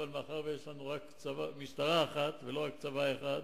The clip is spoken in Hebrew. אבל מאחר שיש לנו רק משטרה אחת ולא רק צבא אחד,